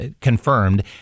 confirmed